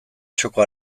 txoko